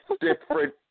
Different